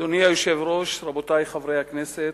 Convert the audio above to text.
אדוני היושב-ראש, רבותי חברי הכנסת,